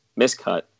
miscut